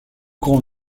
grand